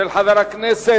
של חבר הכנסת